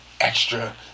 extra